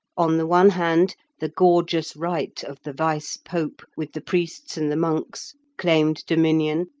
on the one hand, the gorgeous rite of the vice-pope, with the priests and the monks, claimed dominion,